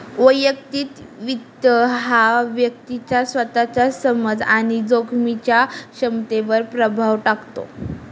वैयक्तिक वित्त हा व्यक्तीच्या स्वतःच्या समज आणि जोखमीच्या क्षमतेवर प्रभाव टाकतो